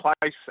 place